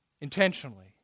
Intentionally